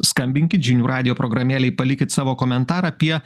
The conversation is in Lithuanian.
skambinkit žinių radijo programėlėj palikit savo komentarą apie